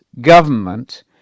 government